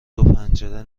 دوپنجره